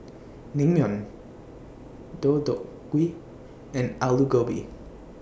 Naengmyeon Deodeok Gui and Alu Gobi